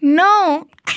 نَو